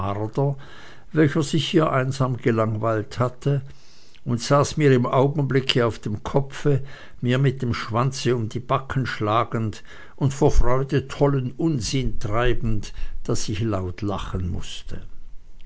welcher sich hier einsam gelangweilt hatte und saß mir im augenblicke auf dem kopfe mir mit dem schwanz um die backen schlagend und vor freude tollen unsinn treibend daß ich laut lachen mußte